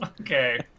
Okay